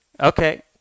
Okay